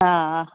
हा